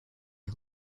our